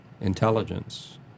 intelligence